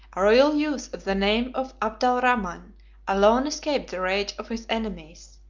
a royal youth of the name of abdalrahman alone escaped the rage of his enemies,